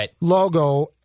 logo